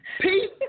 Pete